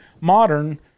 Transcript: modern